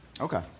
Okay